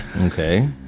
Okay